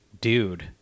dude